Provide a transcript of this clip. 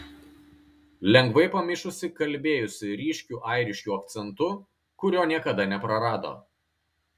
lengvai pamišusi kalbėjusi ryškiu airišku akcentu kurio niekada neprarado